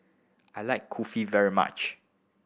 I like Kulfi very much